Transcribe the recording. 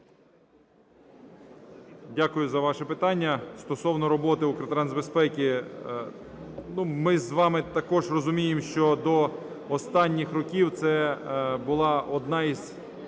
Дякую за ваші питання. Стосовно роботи "Укртрансбезпеки". Ми з вами також розуміємо, що до останніх років це була одна із